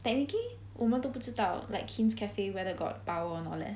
technically 我们都不知道 like kin's cafe whether got power or not leh